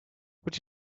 would